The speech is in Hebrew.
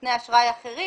לנותני אשראי אחרים